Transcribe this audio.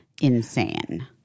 insane